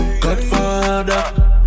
Godfather